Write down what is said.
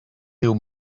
diu